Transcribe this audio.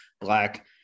black